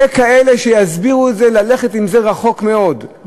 יהיו כאלה שיסבירו את זה וילכו עם זה רחוק מאוד,